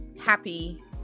happy